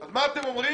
אז מה אתם אומרים?